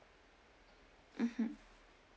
mmhmm